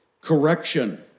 Correction